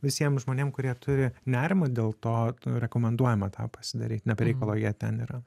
visiem žmonėm kurie turi nerimo dėl to rekomenduojama tą pasidaryt ne be reikalo jie ten yra